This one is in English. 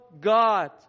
God